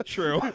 True